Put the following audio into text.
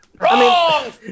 Wrong